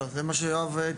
לא, זה מה שיואב התכוון.